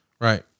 right